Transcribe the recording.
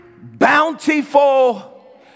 bountiful